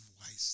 wisely